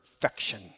Perfection